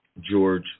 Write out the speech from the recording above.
George